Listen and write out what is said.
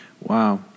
Wow